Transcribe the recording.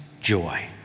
joy